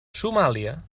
somàlia